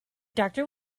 doctor